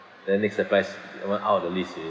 then next surprise that [one] out of the list already